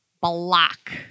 Block